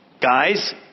guys